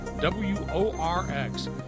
W-O-R-X